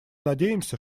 надеемся